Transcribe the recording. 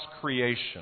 creation